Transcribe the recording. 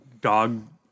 dog